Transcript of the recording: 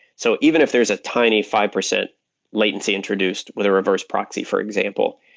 so even if there's a tiny five percent latency introduced with a reverse proxy for example,